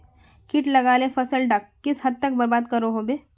किट लगाले से फसल डाक किस हद तक बर्बाद करो होबे?